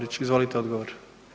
izvolite odgovor.